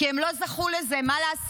כי הם לא זכו לזה, מה לעשות,